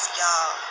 y'all